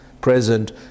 present